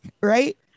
Right